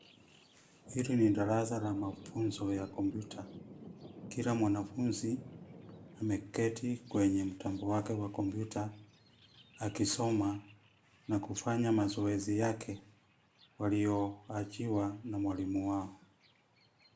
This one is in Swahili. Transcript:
Hili ni darasa la mafunzo ya kompyuta. Kila mwanafunzi ameketi kwenye mtambo wake wa kompyuta, akisoma na kufanya mazoezi yake walio achiwa na mwalimu wao.